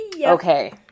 Okay